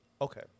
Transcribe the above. okay